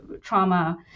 trauma